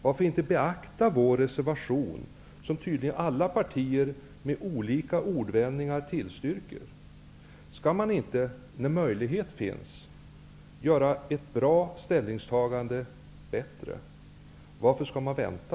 Varför inte beakta vår reservation, som tydligen alla partier, med olika ordvändningar tillstyrker? Skall man inte, när möjlighet finns, göra ett bra ställningstagande bättre? Varför skall man vänta?